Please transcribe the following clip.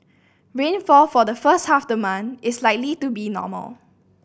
rainfall for the first half of the month is likely to be normal